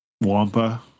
Wampa